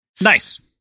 Nice